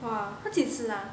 !wah! 她几只 ah